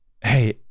hey